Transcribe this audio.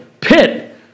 pit